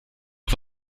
auf